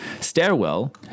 stairwell